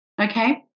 Okay